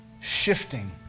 shifting